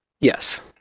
Yes